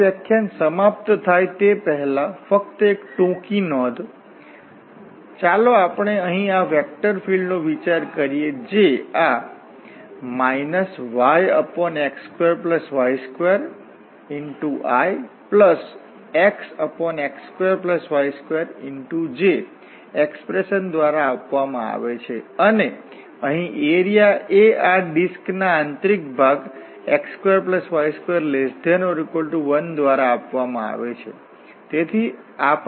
આ વ્યાખ્યાન સમાપ્ત થાય તે પહેલાં ફક્ત એક ટૂંકી નોંધ તેથી ચાલો આપણે અહીં આ વેક્ટર ફિલ્ડ નો વિચાર કરીએ જે આ yx2y2ixx2y2j એક્સપ્રેશન દ્વારા આપવામાં આવે છે અને અહી એરિયા એ આ ડિસ્કના આંતરિક ભાગ x2y2≤1 દ્વારા આપવામાં આવે છે